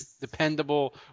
dependable